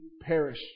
perish